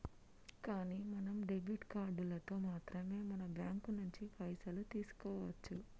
కానీ మనం డెబిట్ కార్డులతో మాత్రమే మన బ్యాంకు నుంచి పైసలు తీసుకోవచ్చు